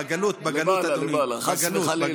בגלות, בגלות, אדוני.